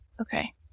Okay